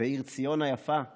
בעיר ציון היפה ירושלים.